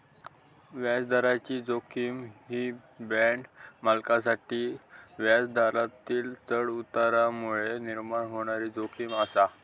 व्याजदराची जोखीम ही बाँड मालकांसाठी व्याजदरातील चढउतारांमुळे निर्माण होणारी जोखीम आसा